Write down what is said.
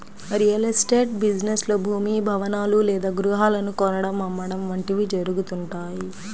real estate business లో భూమి, భవనాలు లేదా గృహాలను కొనడం, అమ్మడం వంటివి జరుగుతుంటాయి